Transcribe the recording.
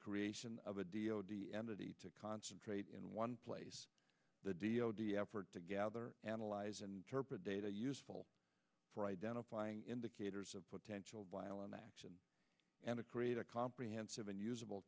creation of a d o d entity to concentrate in one place the d o d effort to gather analyze and data useful for identifying indicators of potential violent action and to create a comprehensive and usable